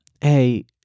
hey